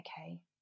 okay